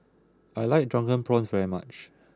I like Drunken Prawns very much